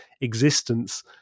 existence